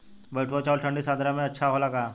बैठुआ चावल ठंडी सह्याद्री में अच्छा होला का?